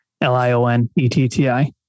L-I-O-N-E-T-T-I